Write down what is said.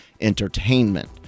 entertainment